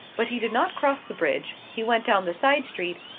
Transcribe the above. but he did not cross the bridge, he went down the side street,